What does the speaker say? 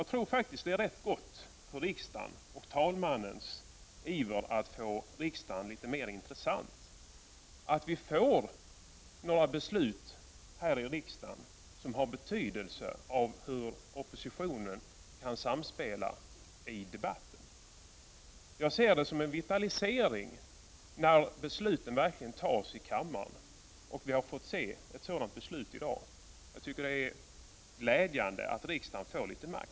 Jag tror att det är rätt bra för riksdagen och för talmannens iver att få riksdagen litet mer intressant att vi får några beslut här i riksdagen som är avhängiga av hur oppositionen kan samspela i debatten. Jag ser det som en vitalisering när besluten verkligen tas i kammaren, och vi kommer att få se ett sådant beslut i dag. Jag tycker att det glädjande är att riksdagen får litet makt.